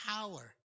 power